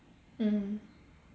mm